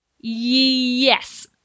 Yes